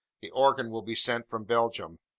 the organ will be sent from belgium.